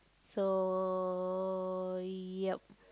so yup